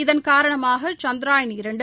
இதன் காரணமாக சந்த்ரயான் இரண்டு